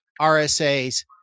RSAs